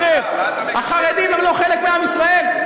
אולי הוא יגיד דברים מעניינים.